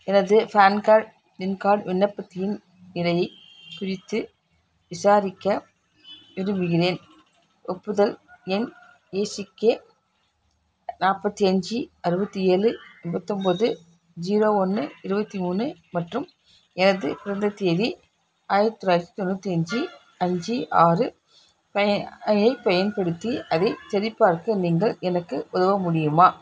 எனது PAN card SIM card விண்ணப்பத்தின் நிலையைக் குறித்து விசாரிக்க விரும்புகின்றேன் ஒப்புதல் எண் ஏசிகே நாற்பத்தி அஞ்சு அறுபத்தி ஏழு ஐம்பத்து ஒன்போது ஜீரோ ஒன்று இருபத்தி மூணு மற்றும் எனது பிறந்த தேதி ஆயிரத்தி தொள்ளாயிரத்தி தொண்ணூற்றி அஞ்சு அஞ்சு ஆறு அதைப் பயன்படுத்தி அதைச் சரிபார்க்க நீங்கள் எனக்கு உதவ முடியுமா